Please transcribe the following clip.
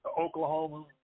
Oklahoma